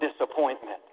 disappointment